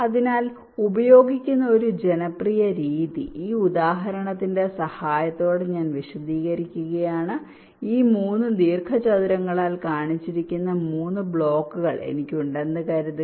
അതിനാൽ ഉപയോഗിക്കുന്ന ഒരു ജനപ്രിയ രീതി ഈ ഉദാഹരണത്തിന്റെ സഹായത്തോടെ ഞാൻ വിശദീകരിക്കുകയാണ് ഈ 3 ദീർഘചതുരങ്ങളാൽ കാണിച്ചിരിക്കുന്ന 3 ബ്ലോക്കുകൾ എനിക്ക് ഉണ്ടെന്ന് കരുതുക